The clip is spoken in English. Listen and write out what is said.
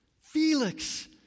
Felix